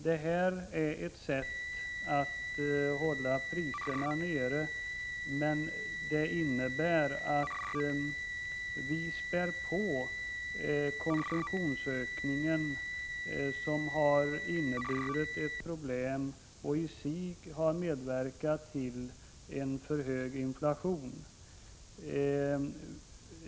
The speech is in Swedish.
Det är ett sätt att hålla priserna nere, men det innebär att vi späder på konsumtionsökningen. Denna har varit ett problem och i sig medverkat till en för hög inflation.